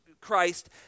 Christ